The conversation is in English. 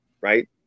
right